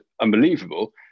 unbelievable